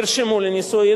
ירשמו לנישואים,